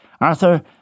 Arthur